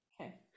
okay